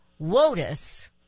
WOTUS